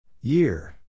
Year